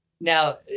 Now